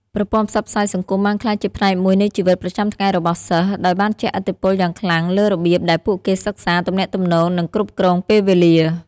ប្រព័ន្ធផ្សព្វផ្សាយសង្គមបានក្លាយជាផ្នែកមួយនៃជីវិតប្រចាំថ្ងៃរបស់សិស្ស ដោយបានជះឥទ្ធិពលយ៉ាងខ្លាំងលើរបៀបដែលពួកគេសិក្សា ទំនាក់ទំនង និងគ្រប់គ្រងពេលវេលា។